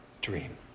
dream